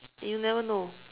you never know